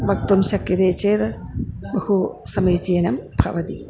वक्तुं शक्यते चेत् बहु समीचीनं भवति